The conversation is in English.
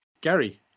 gary